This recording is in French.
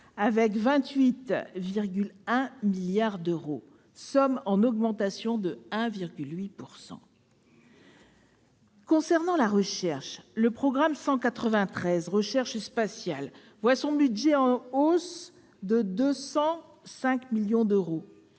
avec 28,1 milliards d'euros, somme en augmentation de 1,8 %. Pour ce qui concerne la recherche, le programme 193, « Recherche spatiale », voit son budget en hausse de 205 millions d'euros.